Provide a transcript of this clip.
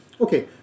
Okay